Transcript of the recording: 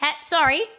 Sorry